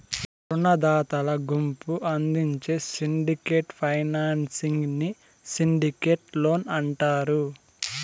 రునదాతల గుంపు అందించే సిండికేట్ ఫైనాన్సింగ్ ని సిండికేట్ లోన్ అంటారు